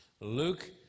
Luke